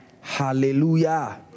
Hallelujah